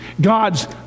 God's